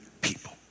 people